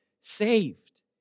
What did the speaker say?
saved